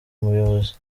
umuyobozi